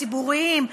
ציבוריים,